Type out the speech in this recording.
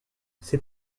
ses